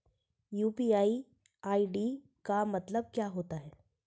UPI ID का मतलब क्या होता है?